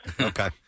Okay